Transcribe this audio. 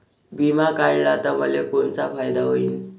बिमा काढला त मले कोनचा फायदा होईन?